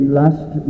last